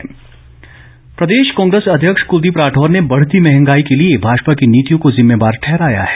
राठौर प्रदेश कांग्रेस अध्यक्ष कूलदीप राठौर ने बढ़ती मंहगाई के लिए भाजपा की नीतियों को जिम्मेवार ठहराया है